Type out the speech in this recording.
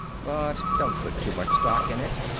but don't put too much stock in it.